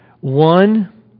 One